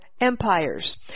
empires